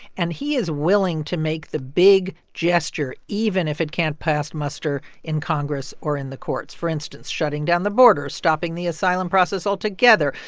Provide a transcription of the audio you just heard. and he is willing to make the big gesture even if it can't pass muster in congress or in the courts. for instance, shutting down the border, stopping the asylum process altogether,